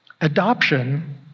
Adoption